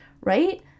right